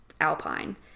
alpine